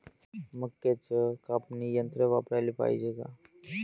मक्क्याचं कापनी यंत्र वापराले पायजे का?